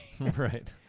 Right